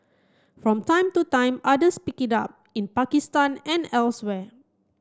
from time to time others pick it up in Pakistan and elsewhere